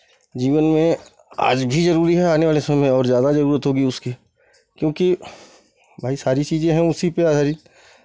जीवन में आज भी ज़रूरी है आने वाले समय में और ज़्यादा ज़रूरत होगी उसकी क्योंकि भाई सारी चीज़ें हैं उसी पे आधारित